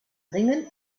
ringen